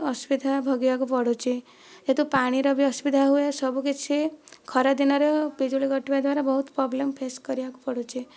ଅସୁବିଧା ଭୋଗିବାକୁ ପଡ଼ୁଛି ଯେହେତୁ ପାଣିର ବି ଅସୁବିଧା ହୁଏ ସବୁକିଛି ଖରାଦିନରେ ବିଜୁଳି କଟିବା ଦ୍ଵାରା ବହୁତ ପୋବ୍ଲେମ ଫେସ୍ କରିବାକୁ ପଡ଼ୁଛି